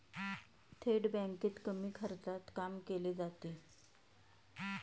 थेट बँकेत कमी खर्चात काम केले जाते